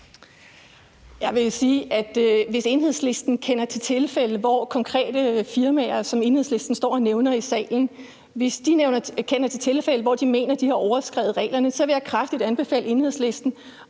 Jeg vil sige, at hvis Enhedslisten kender til tilfælde, hvor konkrete firmaer, som Enhedslisten står og nævner i salen, har overskredet reglerne, vil jeg kraftigt anbefale Enhedslisten